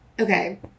Okay